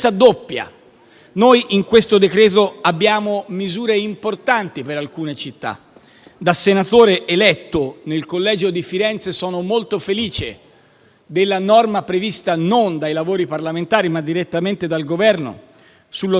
doppia. In questo decreto sono inserite misure importanti per alcune città. Da senatore eletto nel collegio di Firenze sono molto felice della norma prevista non dai lavori parlamentari, ma direttamente dal Governo sullo sblocco